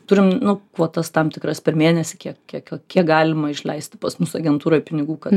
turim nu kvotas tam tikras per mėnesį kiek kiek kiek galima išleisti pas mus agentūroj pinigų kad